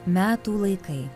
metų laikai